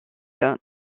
york